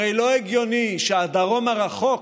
הרי לא הגיוני שהדרום הרחוק,